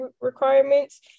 requirements